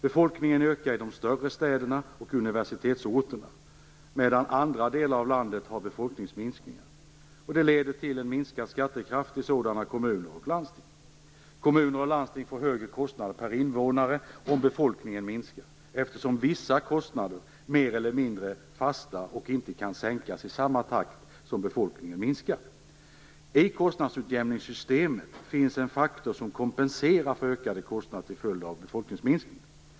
Befolkningen ökar i de större städerna och universitetsorterna, medan andra delar av landet har befolkningsminskningar. Det leder till minskad skattekraft i sådana kommuner och landsting. Kommuner och landsting får högre kostnad per invånare om befolkningen minskar, eftersom vissa kostnader är mer eller mindre fasta och inte kan sänkas i samma takt som befolkningen minskar. I kostnadsutjämningssystemet finns en faktor som kompenserar för ökade kostnader till följd av befolkningsminskning.